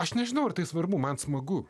aš nežinau ar tai svarbu man smagu